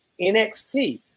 NXT